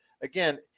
again